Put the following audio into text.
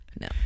No